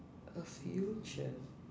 a future